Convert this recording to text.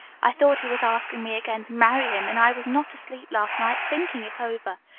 i thought he was asking me again to marry him, and i was not asleep last night, thinking it over.